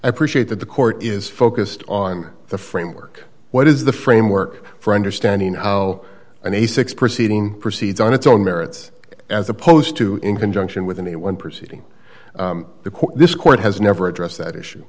appreciate that the court is focused on the framework what is the framework for understanding how an a six proceeding proceeds on its own merits as opposed to in conjunction with any one proceeding the court this court has never addressed that issue